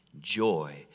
Joy